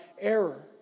error